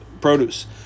produce